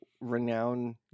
renowned